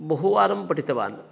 बहुवारं पठितवान्